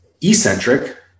eccentric